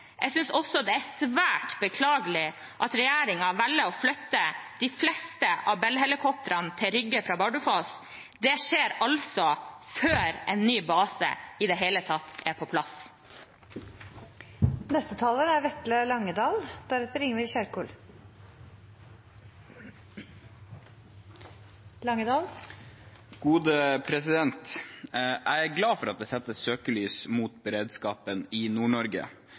jeg er beklagelig. Jeg synes også det er svært beklagelig at regjeringen velger å flytte de fleste av Bell-helikoptrene til Rygge fra Bardufoss. Det skjer altså før en ny base i det hele tatt er på plass. Jeg er glad for at det settes søkelys på beredskapen i